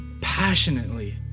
passionately